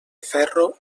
ferro